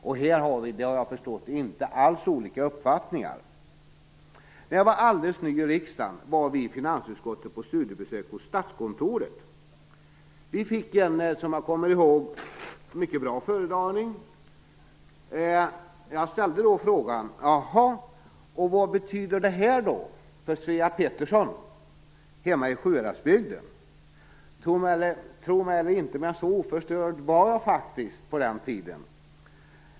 På den punkten har vi, det har jag förstått, inte alls olika uppfattningar. När jag var alldeles ny i riksdagen var vi i finansutskottet på studiebesök hos Statskontoret. Vi fick en som jag kommer ihåg mycket bra föredragning. Jag ställde då frågan: Och vad betyder då det här för Svea Pettersson hemma i Sjuhäradsbygden? Tro mig eller ej, men så oförstörd var jag faktiskt på den tiden.